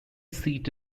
seat